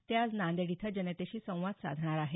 ते आज नांदेड इथं जनतेशी संवाद साधणार आहेत